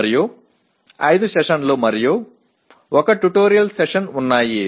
మరియు 5 సెషన్లు మరియు 1 ట్యుటోరియల్ సెషన్ ఉన్నాయి